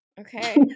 Okay